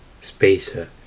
spacer